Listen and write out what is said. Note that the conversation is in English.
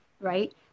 right